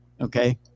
okay